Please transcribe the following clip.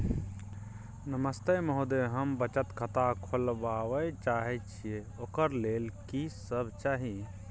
नमस्ते महोदय, हम बचत खाता खोलवाबै चाहे छिये, ओकर लेल की सब चाही?